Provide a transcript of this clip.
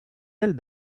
ailes